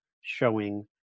showing